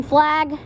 Flag